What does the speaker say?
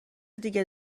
دیگه